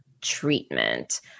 treatment